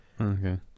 Okay